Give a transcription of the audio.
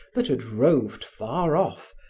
that had roved far off,